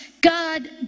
God